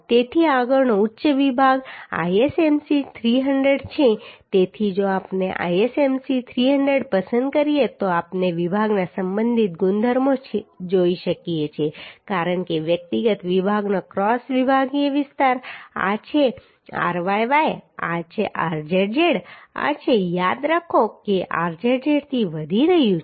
તેથી આગળનો ઉચ્ચ વિભાગ ISMC 300 છે તેથી જો આપણે ISMC 300 પસંદ કરીએ તો આપણે વિભાગના સંબંધિત ગુણધર્મો જોઈ શકીએ છીએ કારણ કે વ્યક્તિગત વિભાગનો ક્રોસ વિભાગીય વિસ્તાર આ છે ryy આ છે rzz આ છે યાદ રાખો કે rzz થી વધી રહ્યું છે